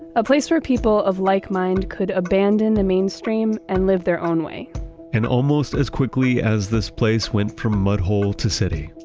a place where people of like-mind could abandon the mainstream and live their own way and almost as quickly as this place went from mudhole to city,